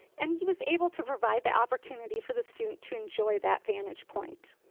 and he was able to provide the opportunity for the student to enjoy that vantage point.